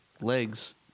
legs